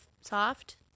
soft